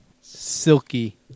Silky